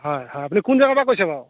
হয় হয় আপুনি কোন জেগাৰ পৰা কৈছে বাৰু